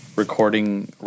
recording